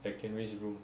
I can always